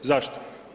Zašto?